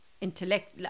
intellect